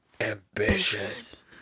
ambitious